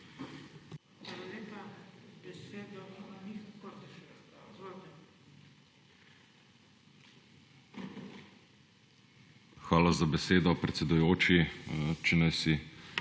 Hvala za besedo, predsedujoči. Če naj si